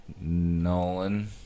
Nolan